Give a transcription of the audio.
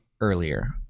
earlier